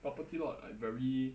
property law like very